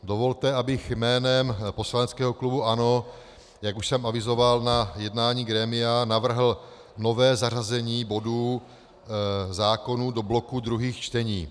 Dovolte, abych jménem poslaneckého klubu ANO, jak už jsem avizoval na jednání grémia, navrhl nové zařazení bodů, zákonů, do bloku druhých čtení.